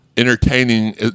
Entertaining